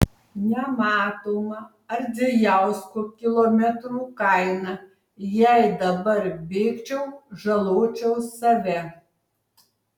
nematoma ardzijausko kilometrų kaina jei dabar bėgčiau žaločiau save